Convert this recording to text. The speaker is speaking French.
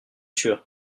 sûr